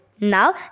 Now